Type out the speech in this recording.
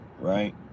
Right